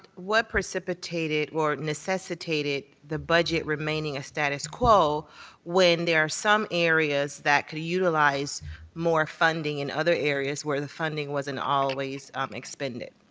what precipitated or necessitated the budget remaining a status quo when there are some areas that could utilize more funding and other areas where the funding wasn't always um expended?